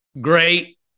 great